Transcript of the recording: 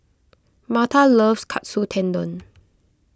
Marta loves Katsu Tendon